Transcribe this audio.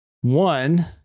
One